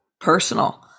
personal